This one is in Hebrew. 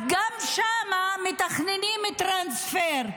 אז גם שם מתכננים טרנספר.